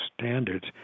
standards